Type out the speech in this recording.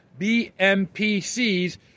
BMPCs